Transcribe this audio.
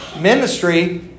Ministry